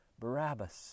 Barabbas